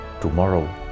tomorrow